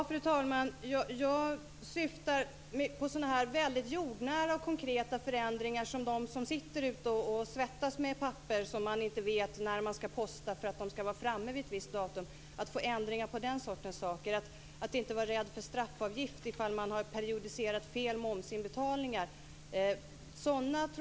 Fru talman! Jag syftar på väldigt jordnära och konkreta förändringar som gäller dem som sitter och svettas med papper och inte vet när de skall postas för att vara framme vid ett visst datum. Jag syftar på den sortens förändringar, som också gör att man inte behöver vara rädd för straffavgift ifall man har periodiserat momsinbetalningarna fel.